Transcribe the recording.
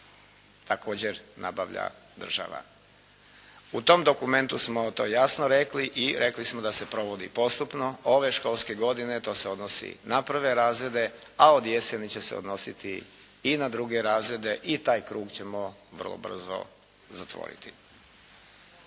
također nabavlja država. U tom dokumentu smo to jasno rekli i rekli smo da se provodi postupno. Ove školske godine to se odnosi na prve razrede, a od jeseni će se odnositi i na druge razrade i taj krug ćemo vrlo brzo zatvoriti.